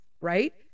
right